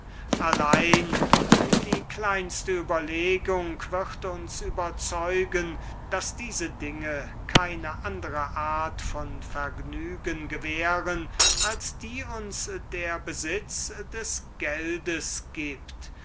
allein die kleinste überlegung ist hinlänglich uns zu überzeugen daß diese dinge uns keine andre art von vergnügen machen als die wir vom besitz des geldes